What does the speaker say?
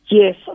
Yes